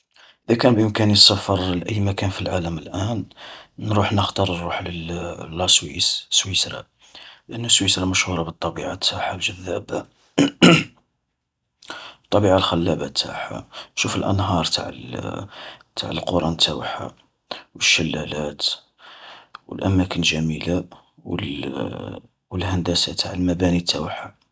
إذا كان بامكاني السفر لأي مكان في العالم الآن، نروح نختار نروح ل-لا سويس، سويسرا. لأن سويسرا مشهورة بالطبيعة تاعها الجذابة، الطبيعة الخلابة تاعها. نشوف الأنهار تاع تاع القرى نتاوعها، والشلالات والأماكن الجميلة و الهندسة تاع المباني تاوعها.